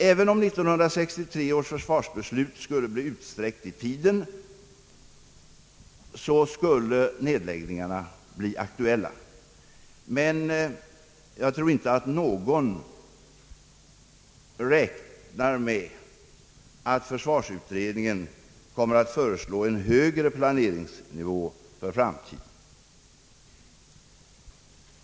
Även om 1963 års försvarsbeslut skulle bli utsträckt i tiden, skulle nedläggningarna bli aktuella; jag tror inte att någon räknar med att försvarsutredningen kommer att föreslå en högre planeringsnivå för framtiden.